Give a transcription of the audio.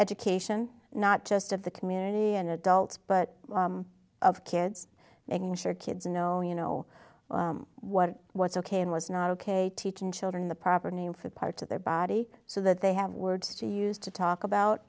education not just of the community and adults but of kids making sure kids know you know what what's ok and was not ok teaching children the proper name for parts of their body so that they have words to use to talk about